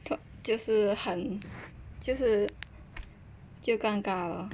就是很就是就尴尬 lor